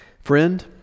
Friend